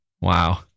Wow